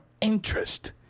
interest